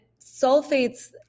sulfates